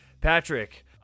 patrick